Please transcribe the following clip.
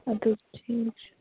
اَدٕ حظ ٹھیٖک چھُ